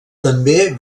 també